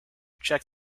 check